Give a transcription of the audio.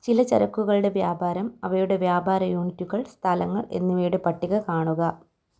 ചില ചരക്കുകളുടെ വ്യാപാരം അവയുടെ വ്യാപാര യൂണിറ്റുകൾ സ്ഥലങ്ങൾ എന്നിവയുടെ പട്ടിക കാണുക